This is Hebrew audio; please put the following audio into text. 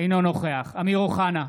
אינו נוכח אמיר אוחנה,